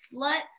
slut